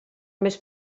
més